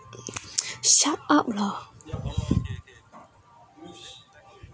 shut up lah